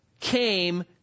came